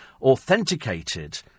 authenticated